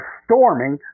storming